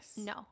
No